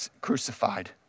crucified